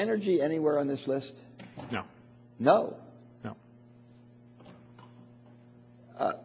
energy anywhere on this list no no no